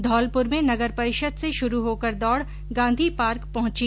धौलपुर में नगर परिषद से शुरू होकर दौड गांधी पार्क पहुंची